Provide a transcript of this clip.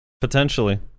Potentially